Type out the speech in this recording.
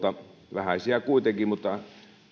vähäisiä kuitenkin mutta